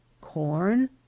Corn